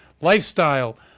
lifestyle